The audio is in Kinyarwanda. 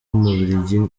w’umubiligi